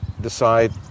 decide